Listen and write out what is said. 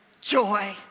joy